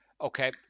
Okay